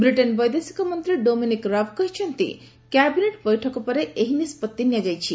Britain ବୈଦେଶିକ ମନ୍ତ୍ରୀ Dominic Raab କହିଛନ୍ତି କ୍ୟାବିନେଟ୍ ବୈଠକ ପରେ ଏହି ନିଷ୍କଭି ନିଆଯାଇଛି